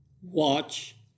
watch